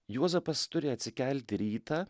juozapas turi atsikelti rytą